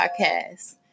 podcast